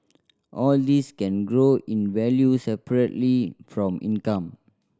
all these can grow in value separately from income